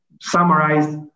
summarize